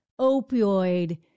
opioid